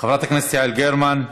חברת הכנסת יעל גרמן,